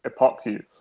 epoxies